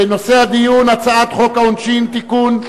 הצעת חוק העונשין (תיקון,